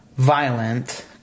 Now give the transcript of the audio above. violent